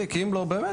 כי אם לא באמת,